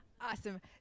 Awesome